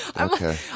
Okay